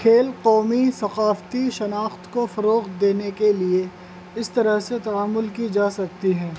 کھیل قومی ثقافتی شناخت کو فروغ دینے کے لیے اس طرح سے تعامل کی جا سکتی ہیں